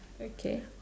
okay